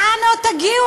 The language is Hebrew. לאן עוד תגיעו?